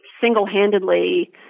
single-handedly